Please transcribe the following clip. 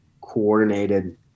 coordinated